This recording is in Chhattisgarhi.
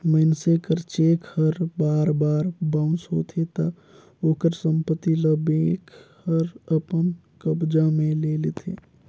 मइनसे कर चेक हर बार बार बाउंस होथे ता ओकर संपत्ति ल बेंक हर अपन कब्जा में ले लेथे